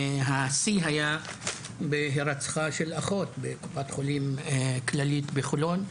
השיא היה בהירצחה של אחות בקופת חולים כללית בחולון.